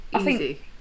Easy